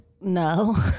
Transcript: No